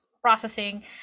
processing